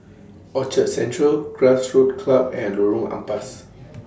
Orchard Central Grassroots Club and Lorong Ampas